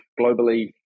globally